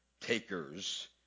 takers